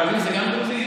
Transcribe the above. ערבים זה גם דרוזים?